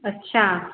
अच्छा